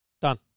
Done